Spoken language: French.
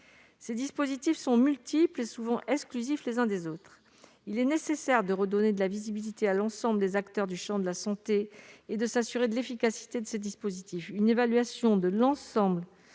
commun. Ils sont multiples et souvent exclusifs les uns des autres. Il est nécessaire de redonner de la visibilité à l'ensemble des acteurs du champ de la santé et de s'assurer de l'efficacité de ces dispositifs. Une évaluation globale